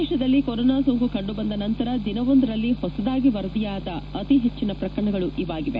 ದೇಶದಲ್ಲಿ ಕೊರೋನಾ ಸೋಂಕು ಕಂಡುಬಂದ ನಂತರ ದಿನವೊಂದರಲ್ಲಿ ಹೊಸದಾಗಿ ವರದಿಯಾದ ಅತಿ ಹೆಚ್ಚಿನ ಪ್ರಕರಣಗಳು ಇವಾಗಿವೆ